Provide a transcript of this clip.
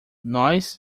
nós